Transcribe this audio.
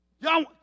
Y'all